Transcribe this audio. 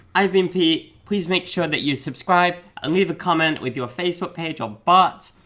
i've been pete. please make sure that you subscribe and leave a comment with your facebook page or bot,